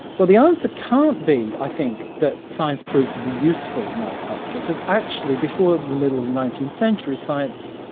well the answer can't be i think, that science proved to be useful in our culture because actually before the middle of the nineteenth century science,